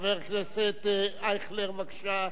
חבר הכנסת אייכלר, בבקשה.